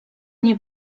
nie